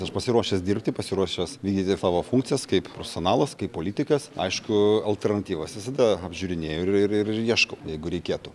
aš pasiruošęs dirbti pasiruošęs vykdyti savo funkcijas kaip profesionalas kaip politikas aišku alternatyvas visada apžiūrinėju ir ir ir ieškau jeigu reikėtų